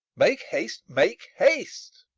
make haste, make haste.